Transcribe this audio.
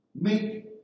make